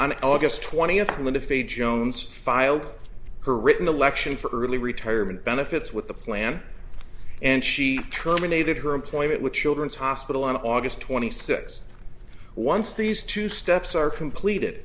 on august twentieth linefeed jones filed her written election for early retirement benefits with the plan and she terminated her employment with children's hospital on august twenty sixth once these two steps are completed